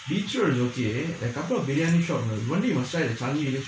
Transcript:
beach road is okay a couple of biryani shop one day must try the changi